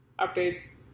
updates